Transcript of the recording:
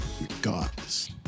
regardless